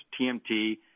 TMT